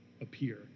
appear